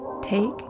take